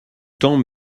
temps